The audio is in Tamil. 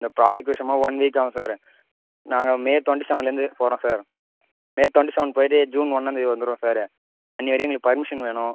இந்த ப்ராஜெக்ட் விஷியமாக ஒன் வீக் ஆவும் சார் நாங்கள் மே டுவெண்ட்டி செவன்லேருந்து போகறோம் சார் மே டுவெண்ட்டி செவன் போய்விட்டு ஜூன் ஒன்னாம்தேதி வந்துருவோம் சார் அன்றைய வரையும் எங்களுக்கு பெர்மிஷன் வேணும்